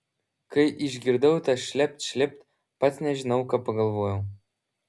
kai išgirdau tą šlept šlept pats nežinau ką pagalvojau